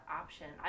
option